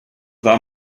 war